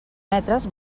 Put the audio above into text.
metres